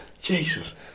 Jesus